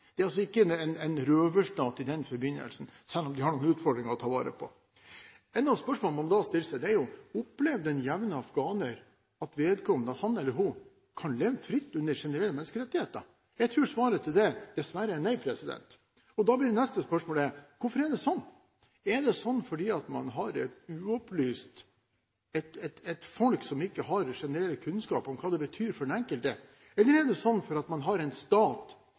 Dette er altså ikke en røverstat i den forbindelse, selv om de har noen utfordringer å ta tak i. Et av spørsmålene man da stiller seg, er: Opplever den jevne afghaner at vedkommende – han eller hun – kan leve fritt under generelle menneskerettigheter? Jeg tror svaret på det dessverre er nei. Og da blir det neste spørsmålet: Hvorfor er det sånn? Er det sånn fordi det er et folk som ikke har generell kunnskap om hva dette betyr for den enkelte, eller er det slik fordi man har en stat